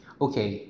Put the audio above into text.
okay